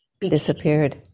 disappeared